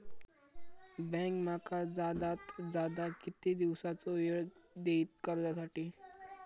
Bank माका जादात जादा किती दिवसाचो येळ देयीत कर्जासाठी?